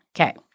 Okay